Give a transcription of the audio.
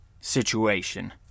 situation